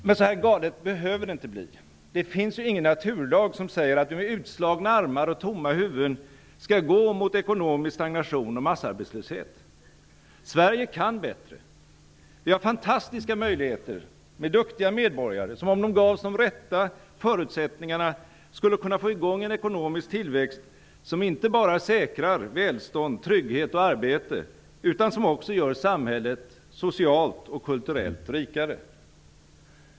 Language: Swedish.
Men så här galet behöver det inte bli. Det finns ju ingen naturlag som säger att vi med utslagna armar och tomma huvuden skall gå mot ekonomisk stagnation och massarbetslöshet. Sverige kan bättre. Vi har fantastiska möjligheter med duktiga medborgare, som om de gavs de rätta förutsättningarna skulle kunna få i gång en ekonomisk tillväxt som inte bara säkrar välstånd, trygghet och arbete utan som också gör samhället socialt och kulturellt rikare.